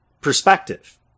perspective